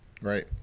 Right